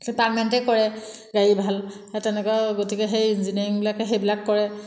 ডিপাৰ্টমেণ্টেই কৰে গাড়ীৰ ভাল তেনেকুৱাও গতিকে সেই ইঞ্জিনিয়াৰিংবিলাকে সেইবিলাক কৰে